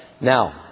Now